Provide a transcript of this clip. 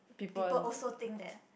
people also think that